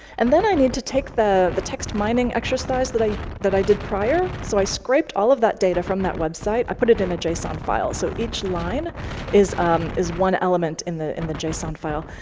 and then i need to take the the text mining exercise that i that i did prior. so i scraped all of that data from that website. i put it in a json file so each line is um is one element in the in the json file.